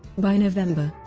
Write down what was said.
by november,